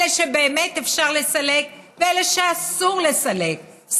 אלה שבאמת אפשר לסלק ואלה שאסור לסלק,